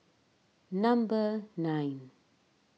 number nine